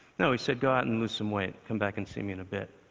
no, he said, go out and lose some weight. come back and see me in a bit,